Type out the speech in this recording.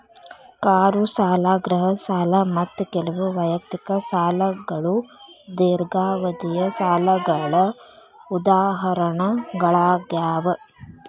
car ಸಾಲ ಗೃಹ ಸಾಲ ಮತ್ತ ಕೆಲವು ವೈಯಕ್ತಿಕ ಸಾಲಗಳು ದೇರ್ಘಾವಧಿಯ ಸಾಲಗಳ ಉದಾಹರಣೆಗಳಾಗ್ಯಾವ